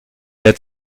der